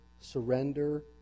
surrender